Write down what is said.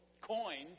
coins